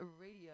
Radio